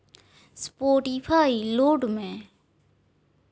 Spotify load ᱢᱮ